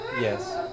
Yes